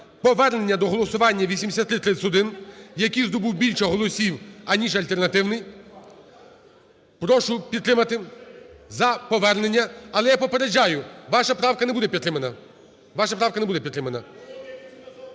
повернення до голосування 8331, який здобув більше голосів ніж альтернативний. Прошу підтримати за повернення. Але я попереджаю: ваша правка не буде підтримана.